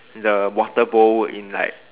the water bowl in like